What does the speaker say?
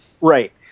right